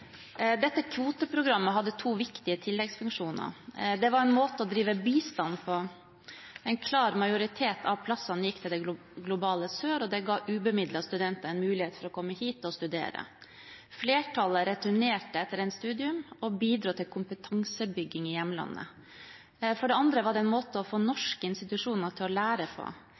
Dette kvoteprogrammet hadde to viktige tilleggsfunksjoner. Det var en måte å drive bistand på. En klar majoritet av plassene gikk til det globale sør, og det ga ubemidlede studenter en mulighet for å komme hit for å studere. Flertallet returnerte etter et studium og bidro til kompetansebygging i hjemlandet. For det andre var det en måte å få norske institusjoner til å lære på,